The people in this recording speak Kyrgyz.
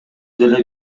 деле